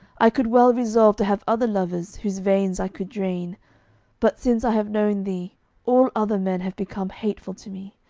i could well resolve to have other lovers whose veins i could drain but since i have known thee all other men have become hateful to me.